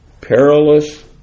perilous